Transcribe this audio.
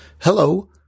Hello